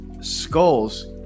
skulls